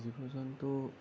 জীৱ জন্তু